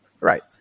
Right